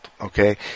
okay